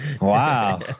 Wow